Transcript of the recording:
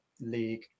league